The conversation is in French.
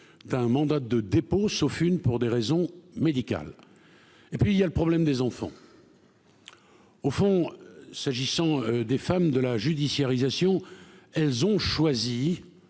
d'un mandat de dépôt, sauf une, pour des raisons médicales, et puis il y a le problème des enfants. Au fond, s'agissant des femmes de la judiciarisation, elles ont choisi